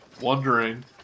wondering